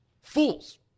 fools